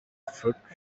fruit